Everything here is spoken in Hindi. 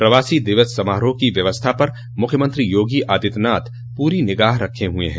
प्रवासी दिवस समारोह की व्यवस्था पर मुख्यमंत्री योगी आदित्यनाथ पूरी निगाह रखे हुये हैं